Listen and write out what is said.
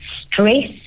stress